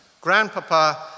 Grandpapa